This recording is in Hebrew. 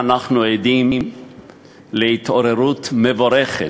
אנחנו עכשיו בהצעת חוק,